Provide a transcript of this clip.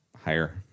Higher